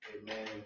Amen